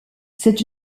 cet